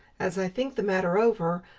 as i think the matter over,